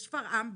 בשפרעם,